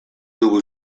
dugu